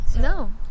no